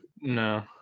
No